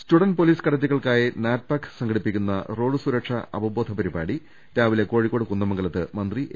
student police കേഡറ്റുകൾക്കായി NATPAC സംഘടിപ്പി ക്കുന്ന റോഡ് സുരക്ഷാ അവബോധ പരിപാടി രാവിലെ കോഴിക്കോട് കുന്ദമംഗലത്ത് മന്ത്രി എ